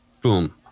boom